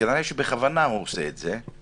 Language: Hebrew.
וכנראה שהוא עושה את זה בכוונה.